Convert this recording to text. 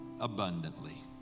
abundantly